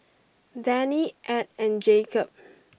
Dannie Edd and Jacob